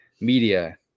media